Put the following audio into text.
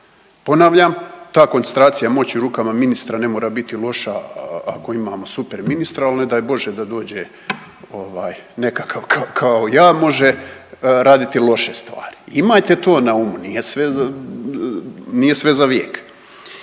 Ponavlja ta koncentracija moći u rukama ministra ne mora biti loša ako imamo super ministra, ali ne daj bože da dođe nekakav kao ja, može raditi loše stvari. Imajte to na umu. Nije sve za vijek.